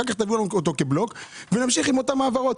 אחר כך תביאו לנו אותו כבלוק ונמשיך עם אותן העברות,